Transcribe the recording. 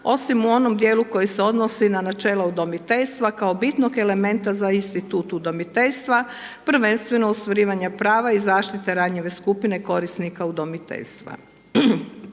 osim u onom dijelu koji se odnosi na načela udomiteljstva kao bitnog elementa za institut udomiteljstva, prvenstvno ostvarivanja prava i zaštite ranjive skupine korisnika udomiteljstva.